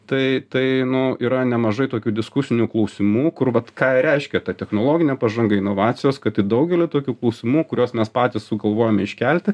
tai tai nu yra nemažai tokių diskusinių klausimų kur vat ką ir reiškia ta technologinė pažanga inovacijos kad į daugelį tokių klausimų kuriuos mes patys sugalvojome iškelti